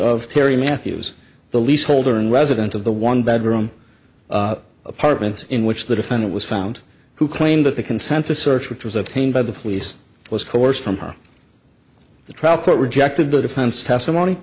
of terri matthews the leaseholder and resident of the one bedroom apartment in which the defendant was found who claimed that the consensus search which was obtained by the police was coerced from her the trial court rejected the defense testimony